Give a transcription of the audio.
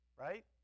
Right